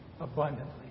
Abundantly